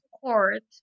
court